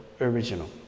original